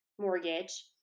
mortgage